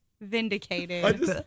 vindicated